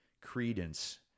credence